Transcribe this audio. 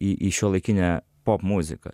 į į šiuolaikinę popmuziką